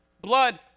Blood